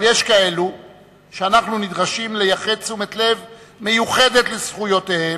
אבל יש כאלה שאנחנו נדרשים לייחד תשומת לב מיוחדת לזכויותיהם,